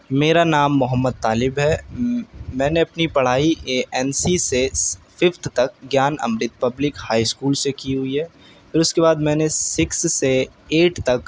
میرا نام محمد طالب ہے میں نے اپنی پڑھائی اے این سی سے فیفتھ تک Gyan Amrit public high school سے کی ہوئی ہے پھر اس کے بعد میں نے سکس سے ایٹ تک